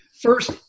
First